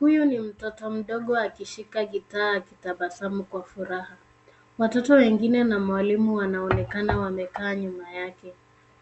Huyu ni mtoto mdogo akishika gitaa akitabasamu kwa furaha. Watoto wengine na mwalimu wanaonekana wamekaa nyuma yake.